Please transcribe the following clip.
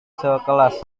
sekelas